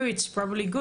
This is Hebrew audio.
ואנחנו נתרגם לכם.